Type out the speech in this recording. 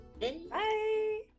Bye